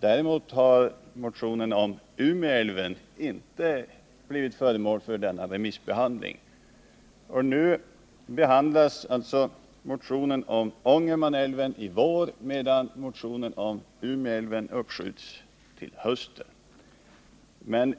Däremot har motionen beträffande Umeälven inte blivit föremål för någon sådan remissbehandling. Motionen om Ångermanälven behandlas således denna vår, medan motionen om Umeälven uppskjuts till hösten.